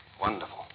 wonderful